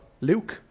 Luke